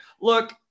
Look